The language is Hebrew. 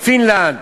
פינלנד,